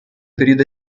periodo